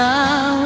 Now